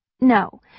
No